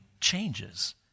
changes